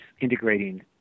integrating